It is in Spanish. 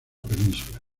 península